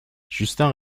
justin